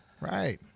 Right